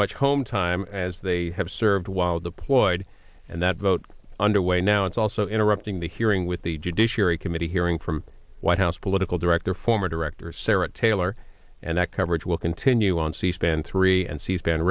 much home time as they have served while deployed and that vote under way now it's also interrupting the hearing with the judiciary committee hearing from white house political director former director sara taylor or and that coverage will continue on c span three and c span